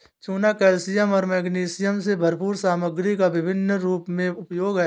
चूना कैल्शियम और मैग्नीशियम से भरपूर सामग्री का विभिन्न रूपों में उपयोग है